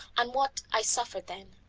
and what i suffered then.